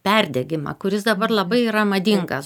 perdegimą kuris dabar labai yra madingas